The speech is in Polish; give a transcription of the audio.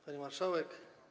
Pani Marszałek!